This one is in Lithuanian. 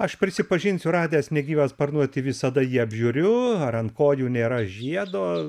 aš prisipažinsiu radęs negyvą sparnuotį visada jį apžiūriu ar ant kojų nėra žiedo